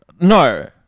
No